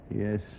Yes